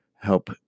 help